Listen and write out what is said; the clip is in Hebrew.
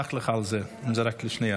נסלח לך על זה, אם זה רק שנייה.